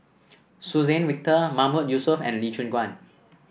Suzann Victor Mahmood Yusof and Lee Choon Guan